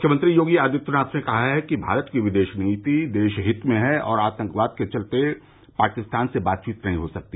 मुख्यमंत्री योगी आदित्यनाथ ने कहा है कि भारत की विदेश नीति देश हित में है और आतंकवाद के चलते पाकिस्तान से बातवीत नहीं हो सकती